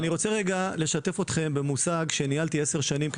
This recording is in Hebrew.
אני רוצה רגע לשתף אתכם במושג מהתקופה שניהלתי עשר שנים,